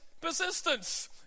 persistence